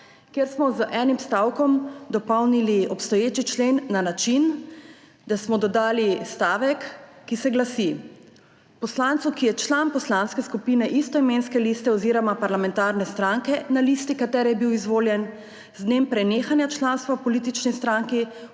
kjer smo z enim stavkom dopolnili obstoječi člen na način, da smo dodali stavek, ki se glasi: »Poslancu, ki je član poslanske skupine istoimenske liste oziroma parlamentarne stranke, na listi katere je bil izvoljen, z dnem prenehanja članstva v politični stranki